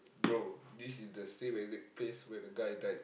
bro this is the same exact place where the guy died